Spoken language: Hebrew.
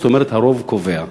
זאת אומרת, הרוב קובע.